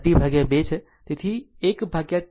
તેથી આ t 2 છે